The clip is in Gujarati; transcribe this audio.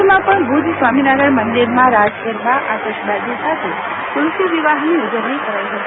કચ્છમાં પણ ભજ ખાતે સ્વામિનારાયણ મંદિરમાં રાસગરબા આતશબાજી સાથે તલસો વિવાહ ની ઉજવણી કરાઈ હતી